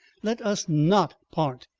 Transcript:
let us not part.